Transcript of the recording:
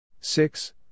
Six